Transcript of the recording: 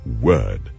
word